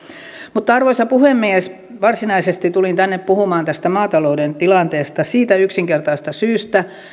mutta arvoisa puhemies varsinaisesti tulin tänne puhumaan maatalouden tilanteesta siitä yksinkertaisesta syystä